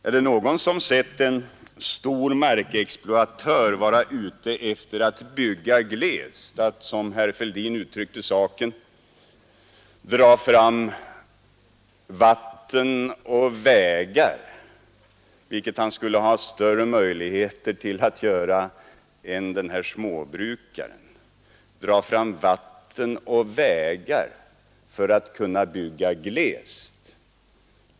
Är det någon som hört talas om en stor markexploatör som har varit ute efter att bygga glest, att som herr Fälldin uttryckte saken dra fram vatten och vägar vilket han skulle ha större möjligheter att göra än småbrukaren, för att kunna bygga glest.